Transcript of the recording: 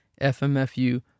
FMFU